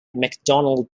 mcdonnell